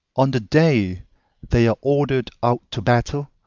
on the day they are ordered out to battle,